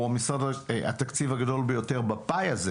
הוא המשרד עם התקציב עם הגדול ביותר בפאי הזה